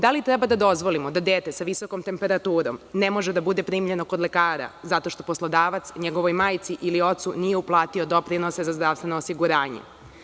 Da li treba da dozvolimo da dete sa visokom temperaturom ne može da bude primljeno kod lekara zato što poslodavac njegovoj majci ili ocu nije uplatio doprinose za zdravstveno osiguranje?